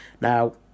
Now